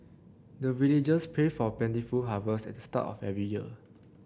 the villagers pray for plentiful harvest at the start of every year